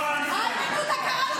נא לצאת.